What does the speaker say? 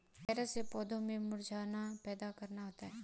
virus से पौधों में मुरझाना पैदा करना होता है